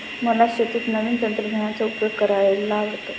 मला शेतीत नवीन तंत्रज्ञानाचा उपयोग करायला आवडतो